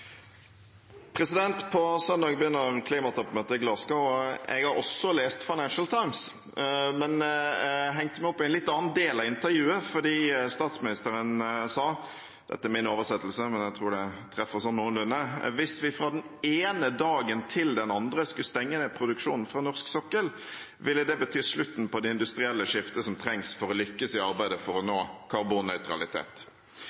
På søndag begynner klimatoppmøtet i Glasgow. Jeg har også lest Financial Times, men jeg hengte meg opp i en litt annen del av intervjuet, for statsministeren sa – og dette er min oversettelse, men jeg tror det treffer sånn noenlunde: Hvis vi fra den ene dagen til den andre skulle stenge ned produksjonen på norsk sokkel, ville det bety slutten på det industrielle skiftet som trengs for å lykkes i arbeidet med å